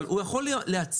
אבל הוא יכול להציע,